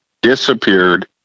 Disappeared